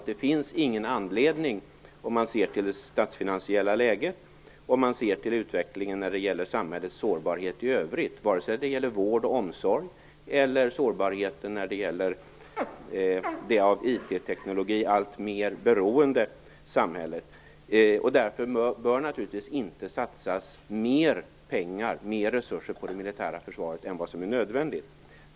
Det finns ingen anledning - i det statsfinansiella läget och med hänsyn till utvecklingen av samhällets sårbarhet i övrigt vare sig det gäller vård, omsorg eller det av IT-teknik alltmer beroende samhället - att satsa mer resurser på det militära försvaret än vad som är nödvändigt.